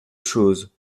chose